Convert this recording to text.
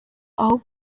aho